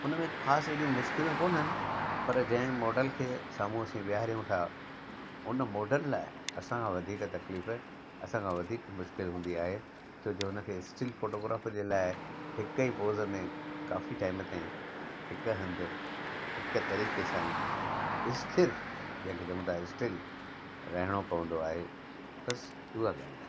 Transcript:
हुन में ख़ासि हेॾी मुश्किलातूं कोन्हनि पर जंहिं मॉडल खे साम्हूं असीं विहारियूं था हुन मॉडल लाइ असां वधीक तकलीफ़ असां खां वधीक मुश्किल हूंदी आहे छोजो हुनखे स्टील फ़ोटोग्राफीअ लाइ हिकु ई पोज़ में काफ़ी टाइम ताईं हिकु हंधु हिकु तरीक़े सां ई इस्थीर जंहिंखे चइबो आहे स्टील रहिणो पवंदो आहे बसि उहा ॻाल्हि आहे